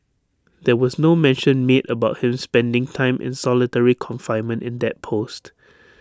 there was no mention made about him spending time in solitary confinement in that post